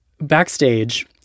Backstage